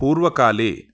पूर्वकाले